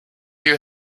you